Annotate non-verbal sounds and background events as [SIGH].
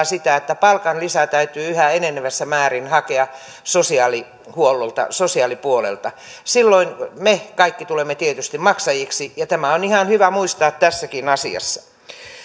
[UNINTELLIGIBLE] sitä että palkanlisää täytyy yhä enenevässä määrin hakea sosiaalihuollolta sosiaalipuolelta silloin me kaikki tulemme tietysti maksajiksi ja tämä on ihan hyvä muistaa tässäkin asiassa